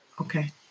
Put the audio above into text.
Okay